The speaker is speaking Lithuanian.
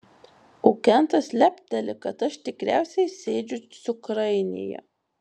o kentas lepteli kad aš tikriausiai sėdžiu cukrainėje